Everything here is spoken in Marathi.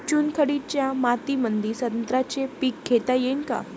चुनखडीच्या मातीमंदी संत्र्याचे पीक घेता येईन का?